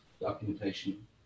documentation